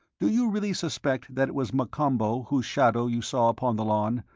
do you really suspect that it was m'kombo whose shadow you saw upon the lawn,